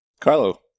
Carlo